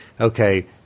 okay